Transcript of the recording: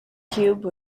cube